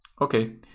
okay